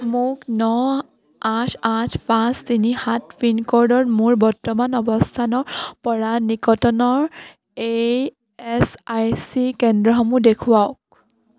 মোক ন আঠ আঠ পাঁচ তিনি সাত পিনক'ডত মোৰ বৰ্তমানৰ অৱস্থানৰপৰা নিকটতম এ এছ আই চি কেন্দ্ৰসমূহ দেখুৱাওক